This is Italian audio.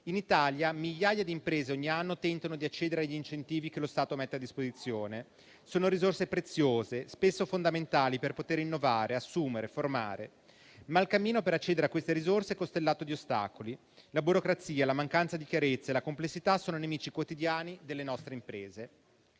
In Italia, migliaia di imprese ogni anno tentano di accedere agli incentivi che lo Stato mette a disposizione; sono risorse preziose, spesso fondamentali per poter innovare, assumere, formare. Ma il cammino per accedere a queste risorse è costellato di ostacoli. La burocrazia, la mancanza di chiarezza e la complessità sono nemici quotidiani delle nostre imprese.